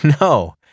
No